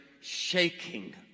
shaking